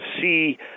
see